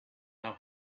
now